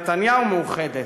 "נתניהו מאוחדת",